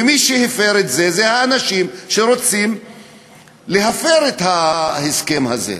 ומי שהפרו את זה אלה אנשים שרוצים להפר את ההסכם הזה.